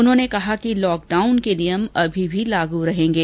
उन्होंने कहा है कि लॉक डाउन के नियम अभी भी लागू रहेंगे